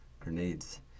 grenades